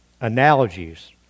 analogies